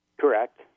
Correct